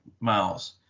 miles